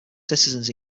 citizens